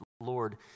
Lord